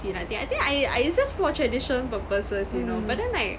silat thing I think I I it's just for traditional purposes you know but then like